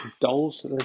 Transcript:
dolls